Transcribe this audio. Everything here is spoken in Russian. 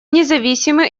независимы